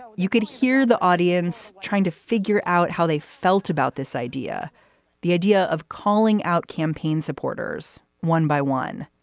you could hear the audience trying to figure out how they felt about this idea the idea of calling out campaign supporters one by one.